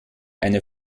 eine